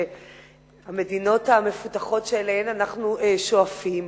המדינות המפותחות שאליהן אנחנו שואפים,